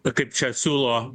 kaip čia siūlo